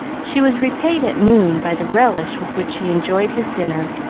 she was repaid at noon by the relish with which he enjoyed his dinner,